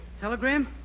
Telegram